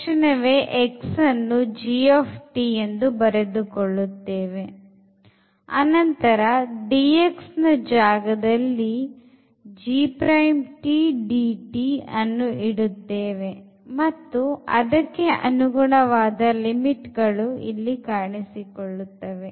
ತಕ್ಷಣವೇ x ಅನ್ನು ಎಂದು ಬರೆದುಕೊಳ್ಳುತ್ತೇವೆ ಅನಂತರ dx ಜಾಗದಲ್ಲಿ ಅನ್ನು ಇಡುತ್ತೇವೆ ಮತ್ತು ಅದಕ್ಕೆ ಅನುಗುಣವಾದ ಲಿಮಿಟ್ ಗಳು ಇಲ್ಲಿ ಕಾಣಿಸಿಕೊಳ್ಳುತ್ತವೆ